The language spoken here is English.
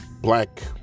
black